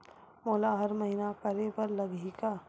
मोला हर महीना करे बर लगही का?